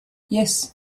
yes